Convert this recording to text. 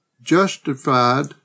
justified